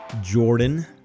Jordan